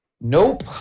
Nope